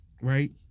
right